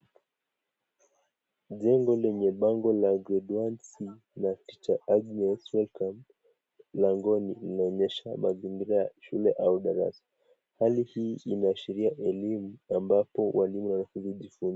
Jengo lenye bango la 'Grade 1 C' na 'Tr. Agnes, Welcome' mlangoni. Inaonyesha mazingira ya shule au darasa. Hali hii inaashiria elimu ambapo walimu wanafunza.